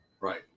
Right